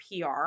PR